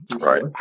Right